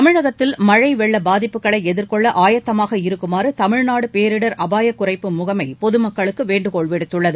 தமிழகத்தில் மழைவெள்ளபாதிப்புகளைஎதிர்கொள்ளஆயத்தமாக இருக்குமாறுதமிழ்நாடுபேரிடர் அபாயகுறைப்பு முகமைபொதுமக்களுக்குவேண்டுகோள் விடுத்துள்ளது